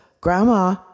Grandma